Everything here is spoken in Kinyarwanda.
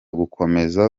gukomeza